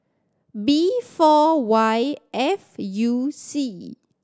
B four Y F U C